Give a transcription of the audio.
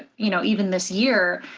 you know, even this year,